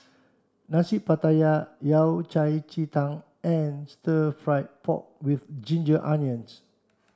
Nasi Pattaya Yao Cai Ji Tang and stir fried pork with ginger onions